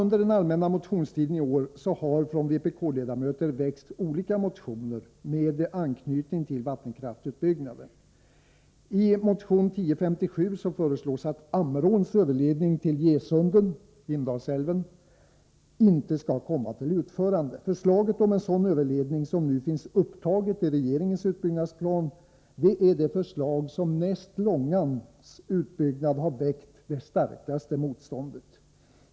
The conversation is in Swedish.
Under allmänna motionstiden i år har vpk-ledamöter väckt olika motioner med anknytning till vattenkraftsutbyggnaden. I motion 1057 föreslås att Ammeråns överledning till Gesunden i Indalsälven inte skall komma till utförande. Förslaget om sådan överledning, som nu finns upptaget i regeringens utbyggnadsplan, är det förslag som näst Långans utbyggnad har väckt det starkaste motståndet.